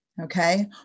okay